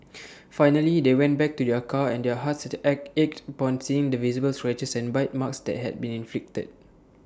finally they went back to their car and their hearts at ached upon seeing the visible scratches and bite marks that had been inflicted